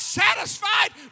satisfied